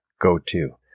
go-to